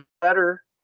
better